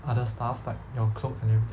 other stuffs like your clothes and everything